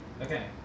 Okay